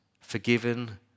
forgiven